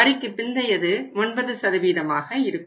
வரிக்கு பிந்தையது 9 ஆக இருக்கும்